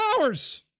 hours